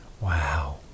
Wow